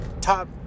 top